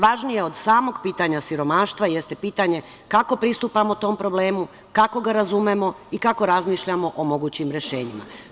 Važnije od samog pitanja siromaštva jeste pitanje kako pristupamo tom problemu, kako ga razumemo i kako razmišljamo o mogućim rešenjima.